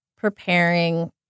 preparing